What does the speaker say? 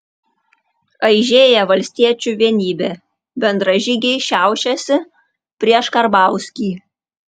aižėja valstiečių vienybė bendražygiai šiaušiasi prieš karbauskį